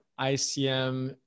ICM